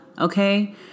Okay